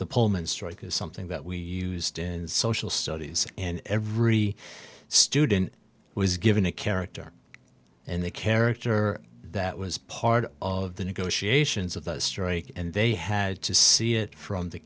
the pullman strike is something that we used in social studies and every student was given a character and the character that was part of the negotiations of the strike and they had to see it from the